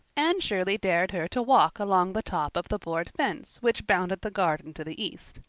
anne shirley dared her to walk along the top of the board fence which bounded the garden to the east.